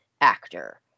actor